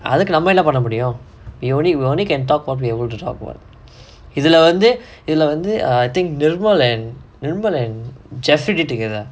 அதுக்கு நம்ம என்ன பண்ண முடியும்:athukku namma enna panna mudiyum I we only we only can talk about what we're able to talk about இதுல வந்து இதுல வந்து:ithula vanthu ithula vanthu I think nirmal and nirmal and jessie get together